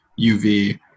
UV